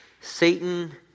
Satan